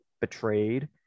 betrayed